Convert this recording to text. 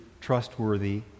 trustworthy